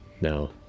No